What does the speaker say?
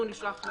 אנחנו נשלח.